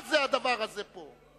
מה זה הדבר הזה פה?